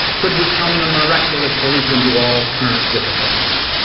could become the miraculous solution to all current difficulties.